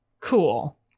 cool